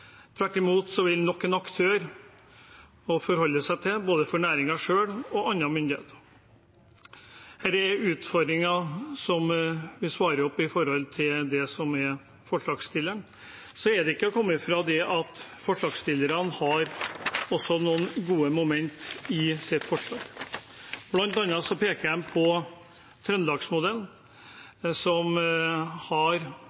Tvert imot vil det bli nok en aktør å forholde seg til, både for næringen selv og for andre myndigheter. Dette er utfordringer som vi svarer opp, i forhold til det som er fra forslagsstillerne. Så er det ikke til å komme fra at forslagsstillerne også har noen gode momenter i sitt forslag. Blant annet peker de på trøndelagsmodellen, som har